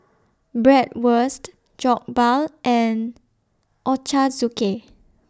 Bratwurst Jokbal and Ochazuke